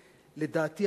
לדעתי,